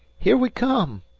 here we come!